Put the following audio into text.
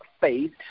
faith